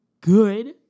good